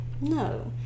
No